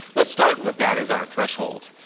let's start with that as our threshold.